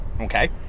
Okay